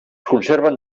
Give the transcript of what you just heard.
conserven